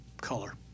color